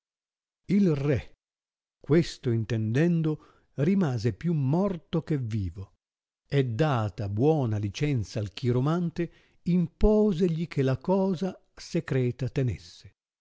il re questo intendendo rimase più morto che vivo e data buona licenza al chiromante imposegli che la cosa secreta tenesse